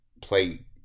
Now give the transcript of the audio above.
play